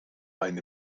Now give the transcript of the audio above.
eine